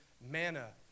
manna